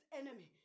enemy